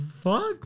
fuck